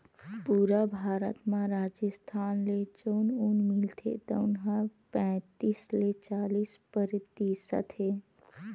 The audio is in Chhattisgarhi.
पूरा भारत म राजिस्थान ले जउन ऊन मिलथे तउन ह पैतीस ले चालीस परतिसत हे